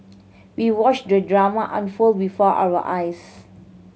we watched the drama unfold before our eyes